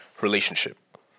relationship